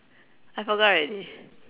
I forgot already